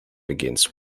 begins